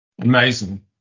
amazing